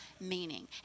meaning